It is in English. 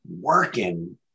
working